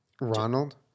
Ronald